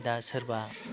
दा सोरबा